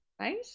right